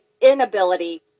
inability